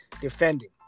defending